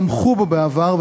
תמכו בו בעבר,